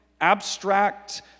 abstract